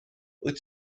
wyt